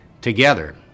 together